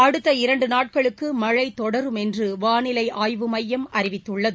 அடுத்த இரண்டு நாட்களுக்கு மழை தொடரும் என்று வாளிலை ஆய்வு மையம் அறிவித்துள்ளது